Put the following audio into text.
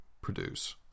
produce